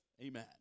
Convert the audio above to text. Amen